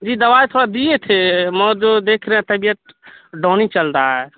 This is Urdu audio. جی دوائی تھوڑا دیے تھے م جو دیکھ رہے طبیعت ڈاؤن ہی چل رہا ہے